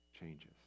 changes